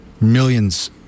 millions